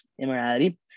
immorality